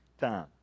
time